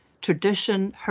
tradition